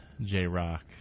J-rock